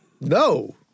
No